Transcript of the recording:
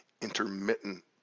intermittent